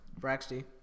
Braxty